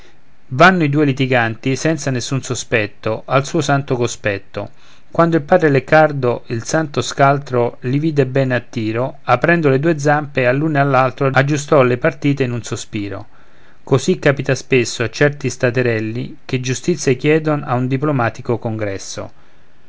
vanno i due litiganti senza nessun sospetto al suo santo cospetto quando il padre leccardo il santo scaltro li vide bene a tiro aprendo le due zampe all'uno e all'altro aggiustò le partite in un sospiro così capita spesso a certi staterelli che giustizia chiedon a un diplomatico congresso